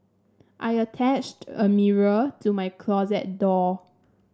I attached a mirror to my closet door